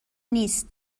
نیست